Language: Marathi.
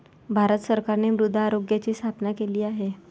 भारत सरकारने मृदा आरोग्याची स्थापना केली आहे